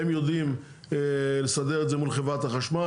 הם יודעים לסדר את זה מול חברת החשמל,